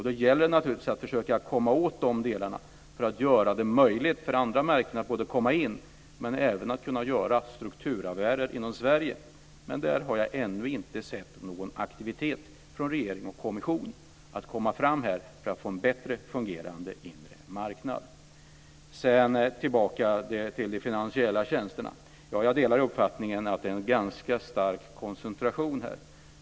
Då gäller det naturligtvis att försöka komma åt de delarna för att göra det möjligt för andra märken både att komma in och att kunna göra strukturaffärer inom Sverige, men där har jag ännu inte sett någon aktivitet från regering och kommission att komma fram här för att få en bättre fungerande inre marknad. Sedan vill jag gå tillbaka till de finansiella tjänsterna. Ja, jag delar uppfattningen att det är en ganska stark koncentration här.